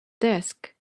desk